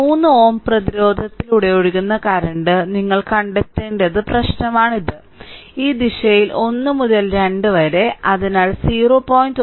ഈ 3 Ω പ്രതിരോധത്തിലൂടെ ഒഴുകുന്ന കറന്റ് നിങ്ങൾ കണ്ടെത്തേണ്ട പ്രശ്നമാണിത് ഈ ദിശയിൽ 1 മുതൽ 2 വരെ അതിനാൽ 0